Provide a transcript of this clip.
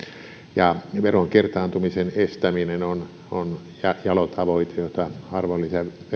veron kertaantumisen estäminen on on jalo tavoite jota arvonlisäverotuksessa